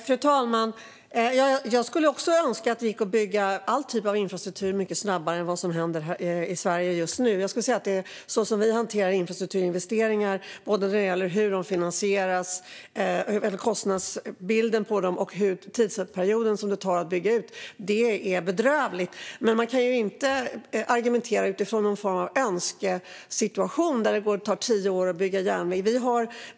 Fru talman! Jag skulle också önska att det gick att bygga all typ av infrastruktur mycket snabbare än vad som händer i Sverige just nu. Så som man hanterar infrastrukturinvesteringar, kostnadsbilden och tidsperioden för att bygga, är bedrövligt. Men man kan inte argumentera utifrån någon önskesituation där det tar tio år att bygga järnväg.